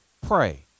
pray